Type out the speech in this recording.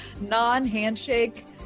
non-handshake